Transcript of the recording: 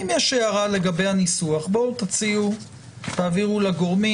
אם יש הערה לגבי הניסוח, תציעו ותעברו לגורמים.